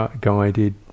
guided